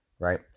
right